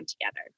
together